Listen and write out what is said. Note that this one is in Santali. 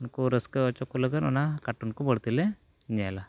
ᱩᱱᱠᱩ ᱨᱟᱹᱥᱠᱟᱹ ᱦᱚᱪᱚ ᱠᱚ ᱞᱟᱹᱜᱤᱫ ᱚᱱᱟ ᱠᱟᱨᱴᱩᱱ ᱠᱚ ᱵᱟᱹᱲᱛᱤᱞᱮ ᱧᱮᱞᱟ